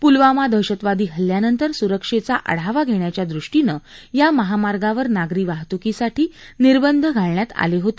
पुलवामा दहशतवादी हल्यानंतर सुरक्षेचा आढावा घेण्याच्या दृष्टीनं या महामार्गावर नागरी वाहतुकीसाठी निबंध घालण्यात आले होते